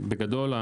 בגודל,